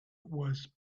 was